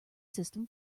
system